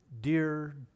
dear